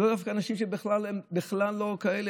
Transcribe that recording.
דווקא אנשים שבכלל לא כאלה,